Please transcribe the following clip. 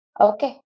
Okay